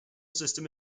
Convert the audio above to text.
system